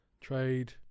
trade